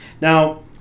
Now